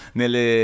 nelle